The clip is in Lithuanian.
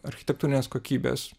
architektūrinės kokybės